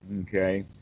Okay